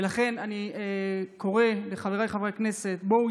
ולכן אני קורא לחבריי חברי הכנסת: בואו